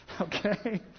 Okay